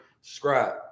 subscribe